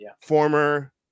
former